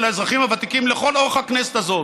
של האזרחים הוותיקים לכל אורך הכנסת הזאת,